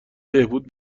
بهبود